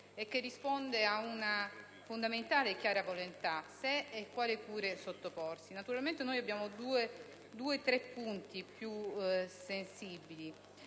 e che risponde a una fondamentale e chiara volontà relativa a se e a quali cure sottoporsi. Naturalmente, abbiamo due o tre punti più sensibili